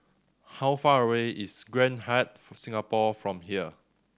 how far away is Grand Hyatt Singapore from here